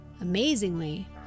Amazingly